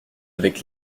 avec